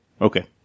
Okay